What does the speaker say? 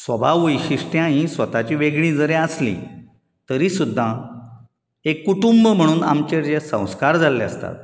सभाव वैशिशट्यां ही स्वताची वेगळी जरी आसली तरी सुद्दां एक कुटूंब म्हणून आमचेर जे संस्कार जाल्ले आसतात